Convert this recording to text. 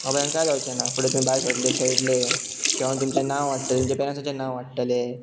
हांवें कांय जावचें ना फुडें तुमी भायर सरले खेळटलें तुमचें नांव वाडटलें आमचे पेरंटसाचें नांव वाडटले